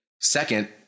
second